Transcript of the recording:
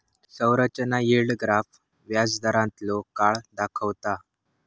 संरचना yield graph व्याजदारांतलो काळ दाखवता